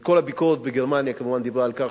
וכל הביקורת בגרמניה כמובן דיברה על כך